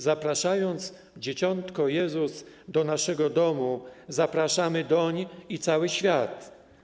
Zapraszając dzieciątko Jezus do naszego domu, zapraszamy doń i cały świat.